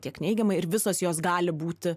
tiek neigiamai ir visos jos gali būti